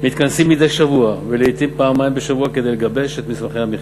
מתכנסים מדי שבוע ולעתים פעמיים בשבוע כדי לגבש את מסמכי המכרז.